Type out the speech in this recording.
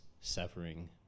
severing